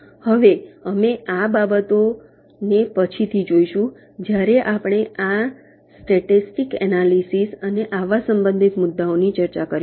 હવે અમે આ બાબતોને પછીથી જોઈશું જ્યારે આપણે આ સ્ટેટિક ટાયમિંગ એનાલિસિસ અને આવા સંબંધિત મુદ્દાઓની ચર્ચા કરીશું